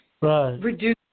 reduce